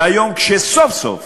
והיום, כשסוף-סוף